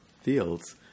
fields